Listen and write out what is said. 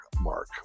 mark